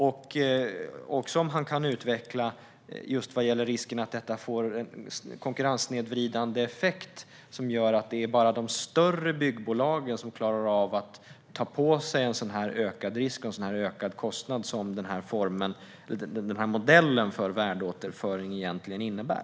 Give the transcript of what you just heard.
Och kan han utveckla något vad gäller risken att detta får en konkurrenssnedvridande effekt som gör att det bara är de större byggbolagen som klarar av att ta på sig en sådan ökad risk och ökad kostnad som denna modell för värdeåterföring egentligen innebär?